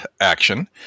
action